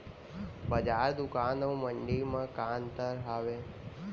बजार, दुकान अऊ मंडी मा का अंतर हावे?